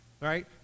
right